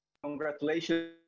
Congratulations